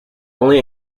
only